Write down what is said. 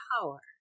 power